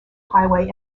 highway